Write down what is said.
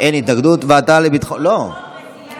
החמרת תנאי